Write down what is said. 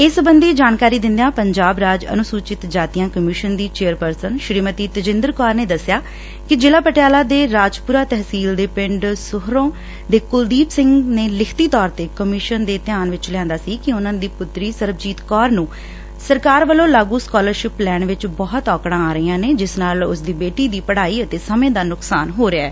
ਇਸ ਸਬੰਧੀ ਜਾਣਕਾਰੀ ਦਿੰਦਿਆਂ ਪੰਜਾਬ ਰਾਜ ਅਨੁਸੂਚਿਤ ਜਾਤੀਆਂ ਕਮਿਸ਼ਨ ਦੀ ਚੇਅਰਪਰਸਨ ਸ੍ਰੀਮਤੀ ਤੇਜਿੰਦਰ ਕੌਰ ਨੇ ਦੱਸਿਆ ਕਿ ਜ਼ਿਲ੍ਹਾਂ ਪਟਿਆਲਾ ਦੇ ਰਾਜਪੁਰਾ ਤਹਿਸੀਲ ਦੇ ਪਿੰਡ ਸੁਹਰੋ ਦੇ ਕੁਲਦੀਪ ਸਿੰਘ ਨੇ ਲਿਖਤੀ ਤੌਰ ਤੇ ਕਮਿਸ਼ਨ ਦੇ ਧਿਆਨ ਵਿੱਚ ਲਿਆਂਦਾ ਸੀ ਕਿ ਉਨਾਂ ਦੀ ਪੁਤਰੀ ਸਰਬਜੀਤ ਕੌਰ ਨੂੰ ਸਰਕਾਰ ਵੱਲੋਂ ਲਾਗੁ ਸਕਾਲਰਸ਼ਿਪ ਲੈਣ ਵਿੱਚ ਬਹੁਤ ਔਕੜਾਂ ਆ ਰਹੀਆ ਨੇ ਜਿਸ ਨਾਲ ਉਸਦੀ ਬੇਟੀ ਦੀ ਪੜਾਈ ਅਤੇ ਸਮੇਂ ਦਾ ਨੁਕਸਾਨ ਹੋ ਰਿਹੈ